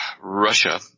Russia